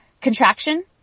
contraction